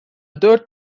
dört